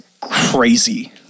crazy